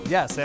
Yes